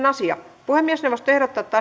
asia puhemiesneuvosto ehdottaa että